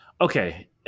Okay